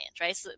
right